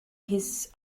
his